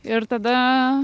ir tada